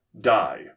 die